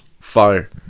fire